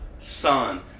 son